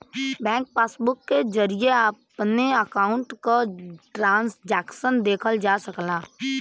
bank passbook के जरिये अपने अकाउंट क ट्रांजैक्शन देखल जा सकला